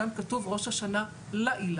שם כתוב "ראש השנה לאילן",